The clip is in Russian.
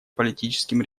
политическим